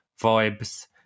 vibes